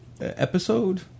episode